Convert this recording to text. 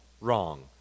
wrong